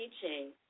teaching